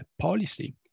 policy